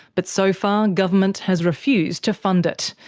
but so far government has refused to fund it.